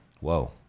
whoa